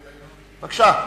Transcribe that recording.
בבקשה.